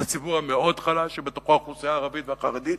זה ציבור מאוד חלש שבתוכו האוכלוסייה הערבית והחרדית,